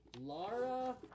laura